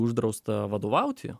uždrausta vadovauti